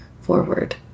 forward